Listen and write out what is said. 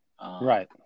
Right